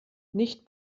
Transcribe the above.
nicht